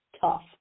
tough